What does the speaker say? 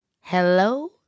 Hello